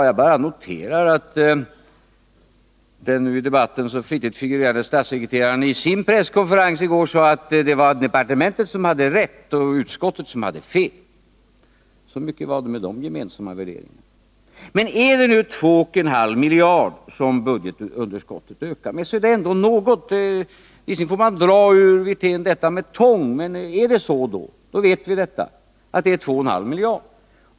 Jag bara noterar att den i debatten så flitigt figurerande statssekreteraren vid sin presskonferens i går sade att departementet hade rätt och utskottet fel. Så var det med de gemensamma värderingarna. Visserligen får man dra uppgifter ur herr Wirtén med tång, men om det är riktigt att budgetunderskottet har ökat med 2,5 miljarder kronor, så är det ändå bra att vi har fått den uppgiften.